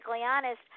honest